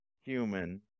human